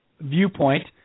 viewpoint